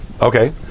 Okay